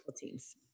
teams